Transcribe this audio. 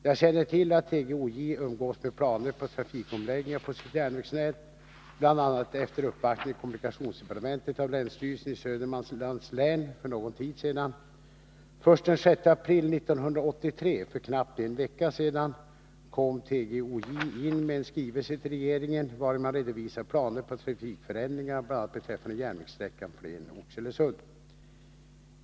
Jag känner till att TGOJ umgås med planer på trafikomläggningar på sitt järnvägsnät, bl.a. efter uppvaktning i kommunikationsdepartementet av länsstyrelsen i Södermanlands län för någon tid sedan. Först den 6 april 1983 — för knappt en vecka sedan — kom TGOJ in med en skrivelse till regeringen, vari man redovisar planer på trafikförändringar, bl.a. beträffande järnvägssträckan Flen-Oxelösund.